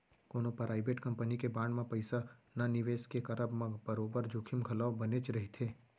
कोनो private company के bond म पइसा न निवेस के करब म बरोबर जोखिम घलौ बनेच रहिथे